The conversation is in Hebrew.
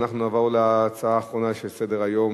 אנחנו נעבור להצעה האחרונה בסדר-היום,